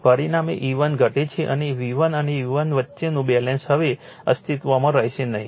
પરિણામે E1 ઘટે છે અને V1 અને E1 વચ્ચેનું બેલેન્સ હવે અસ્તિત્વમાં રહેશે નહીં